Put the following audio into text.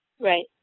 Right